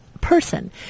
person